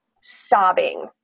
sobbing